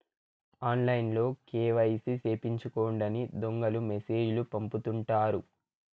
ఆన్లైన్లో కేవైసీ సేపిచ్చుకోండని దొంగలు మెసేజ్ లు పంపుతుంటారు